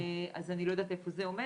אז אני לא יודעת איפה זה עומד,